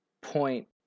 point